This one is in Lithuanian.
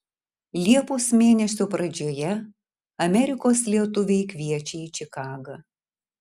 liepos mėnesio pradžioje amerikos lietuviai kviečia į čikagą